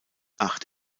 acht